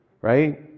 Right